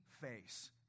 face